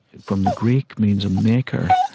from the greek, means a maker.